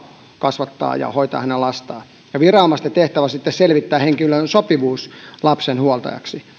kasvattaa ja hoitaa hänen lastaan ja viranomaisten tehtävä on sitten selvittää henkilön sopivuus lapsen huoltajaksi